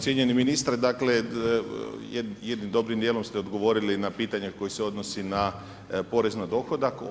Cijenjeni ministre, dakle, jednim dobrim dijelom ste odgovorili na pitanje koje se odnosi na porez na dohodak.